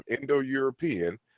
Indo-European